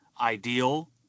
ideal